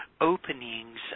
openings